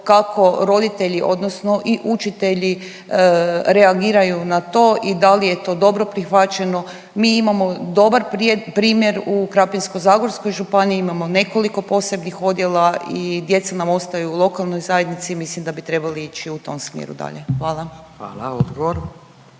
kako roditelji odnosno i učitelji reagiraju na to i da li je to dobro prihvaćeno. Mi imamo dobar primjer u Krapinsko-zagorskoj županiji, imamo nekoliko posebnih odjela i djeca nam ostaju u lokalnoj zajednici i mislim da bi trebali ići u tom smjeru dalje. Hvala. **Radin,